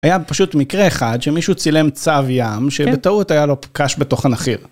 היה פשוט מקרה אחד, שמישהו צילם צב ים, שבטעות היה לו קש בתוך הנחיר.